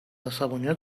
عصبانیت